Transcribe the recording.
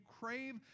crave